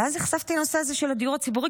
ואז נחשפתי לנושא הזה של הדיור הציבורי.